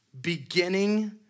beginning